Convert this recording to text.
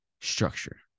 structure